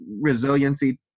resiliency